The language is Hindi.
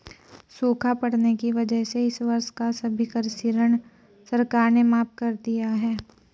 सूखा पड़ने की वजह से इस वर्ष का सभी कृषि ऋण सरकार ने माफ़ कर दिया है